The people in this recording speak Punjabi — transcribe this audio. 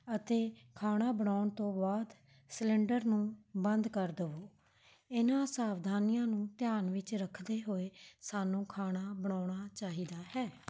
ਅਤੇ ਖਾਣਾ ਬਣਾਉਣ ਤੋਂ ਬਾਅਦ ਸਿਲੰਡਰ ਨੂੰ ਬੰਦ ਕਰ ਦਿਓ ਇਹਨਾਂ ਸਾਵਧਾਨੀਆਂ ਨੂੰ ਧਿਆਨ ਵਿੱਚ ਰੱਖਦੇ ਹੋਏ ਸਾਨੂੰ ਖਾਣਾ ਬਣਾਉਣਾ ਚਾਹੀਦਾ ਹੈ